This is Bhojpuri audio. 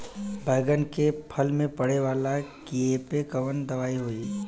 बैगन के फल में पड़े वाला कियेपे कवन दवाई होई?